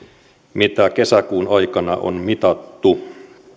mitä kesäkuun aikana on mitattu